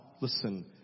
listen